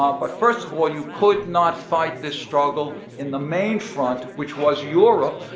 um but first of all, you could not fight this struggle in the main front which was europe,